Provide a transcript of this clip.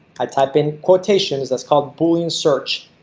i type in quotations, that's called boolean search,